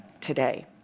today